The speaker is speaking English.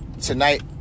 tonight